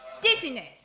Dizziness